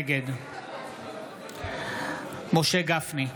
נגד משה גפני,